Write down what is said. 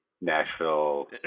Nashville